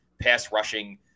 pass-rushing